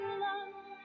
love